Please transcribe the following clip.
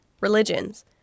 religions